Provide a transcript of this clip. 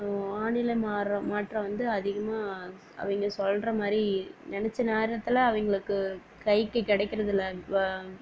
வானிலை மாறுகிற மாற்றம் வந்து அதிகமாக அவங்க சொல்கிற மாதிரி நெனைச்ச நேரத்தில் அவங்களுக்கு கைக்கு கிடைக்குறதில்ல இப்போ